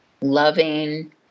loving